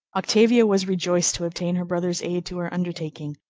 octavia was rejoiced to obtain her brother's aid to her undertaking,